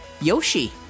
Yoshi